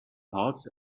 parts